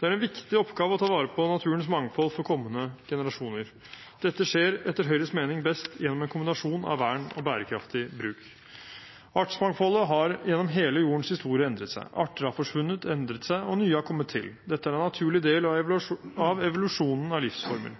Det er en viktig oppgave å ta vare på naturens mangfold for kommende generasjoner. Dette skjer etter Høyres mening best gjennom en kombinasjon av vern og bærekraftig bruk. Artsmangfoldet har endret seg gjennom hele jordens historie, arter har forsvunnet, endret seg, og nye har kommet til. Dette er en naturlig del av evolusjonen og livsformen.